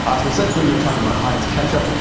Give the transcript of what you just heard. ah specifically we were talking about heinz ketchup,